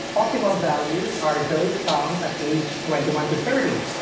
optimal values are those found at age twenty one to thirty.